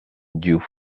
diou